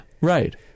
right